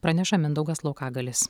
praneša mindaugas laukagalis